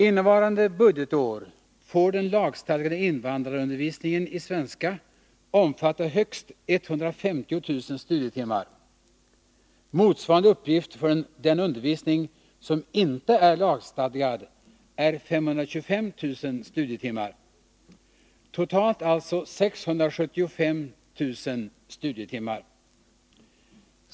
Innevarande budgetår får den lagstadgade invandrarundervisningen i svenska omfatta högst 150 000 studietimmar. Motsvarande uppgift för den undervisning som inte är lagstadgad är 525 000 studietimmar. Totalt är det alltså 675 000 studietimmar.